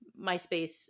MySpace